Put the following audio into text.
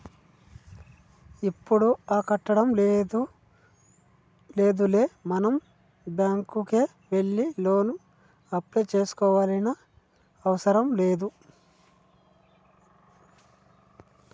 ఇప్పుడు ఆ కట్టం లేదులే మనం బ్యాంకుకే వెళ్లి లోను అప్లై చేసుకోవాల్సిన అవసరం లేదు